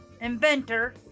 inventor